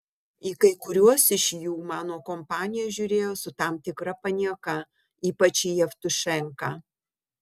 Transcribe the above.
į kai kuriuos iš jų mano kompanija žiūrėjo su tam tikra panieka ypač į jevtušenką